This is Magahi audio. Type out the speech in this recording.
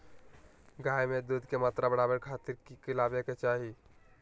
गाय में दूध के मात्रा बढ़ावे खातिर कि खिलावे के चाही?